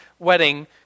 wedding